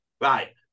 right